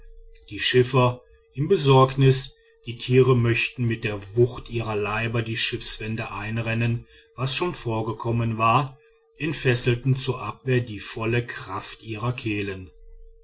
die schiffer in besorgnis die tiere möchten mit der wucht ihrer leiber die schiffswände einrennen was schon vorgekommen war entfesselten zur abwehr die volle kraft ihrer kehlen